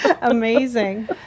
Amazing